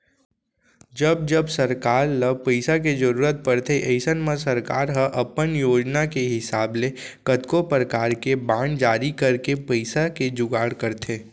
जब जब सरकार ल पइसा के जरूरत परथे अइसन म सरकार ह अपन योजना के हिसाब ले कतको परकार के बांड जारी करके पइसा के जुगाड़ करथे